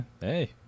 hey